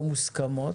מוסכמות.